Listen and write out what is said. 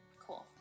Cool